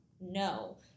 No